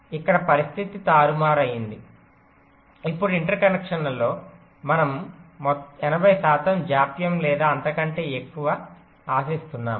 ఇక్కడ పరిస్థితి తారుమారైంది ఇప్పుడు ఇంటర్ కనెక్షన్లలో మనము 80 శాతం జాప్యం లేదా అంతకంటే ఎక్కువ ఆశిస్తున్నాము